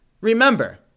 remember